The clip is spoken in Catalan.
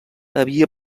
havia